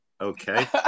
okay